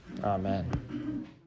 Amen